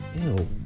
Ew